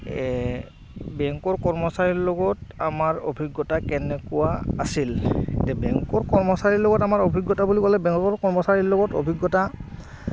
বেংকৰ কৰ্মচাৰীৰ লগত আমাৰ অভিজ্ঞতা কেনেকুৱা আছিল এতিয়া বেংকৰ কৰ্মচাৰীৰ লগত আমাৰ অভিজ্ঞতা বুলি ক'লে বেংকৰ কৰ্মচাৰীৰ লগত অভিজ্ঞতা